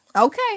Okay